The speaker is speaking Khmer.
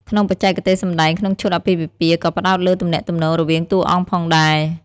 ក្នុងបច្ចេកទេសសម្ដែងក្នុងឈុតអាពាហ៍ពិពាហ៍ក៏ផ្តោតលើទំនាក់ទំនងរវាងតួអង្គផងដែរ។